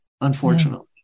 unfortunately